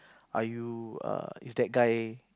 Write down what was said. are you err is that guy